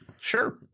Sure